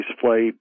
flight